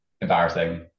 embarrassing